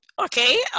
Okay